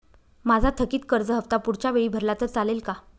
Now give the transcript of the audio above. माझा थकीत कर्ज हफ्ता पुढच्या वेळी भरला तर चालेल का?